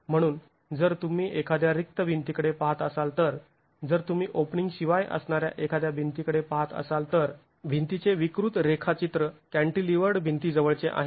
म्हणून जर तुम्ही एखाद्या रिक्त भिंतीकडे पाहत असाल तर जर तुम्ही ओपनिंग शिवाय असणाऱ्या एखाद्या भिंतीकडे पाहत असाल तर भिंतीचे विकृत रेखाचित्र कॅंटिलिवर्ड भिंती जवळचे आहे